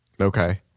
Okay